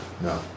No